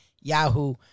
Yahoo